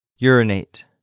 Urinate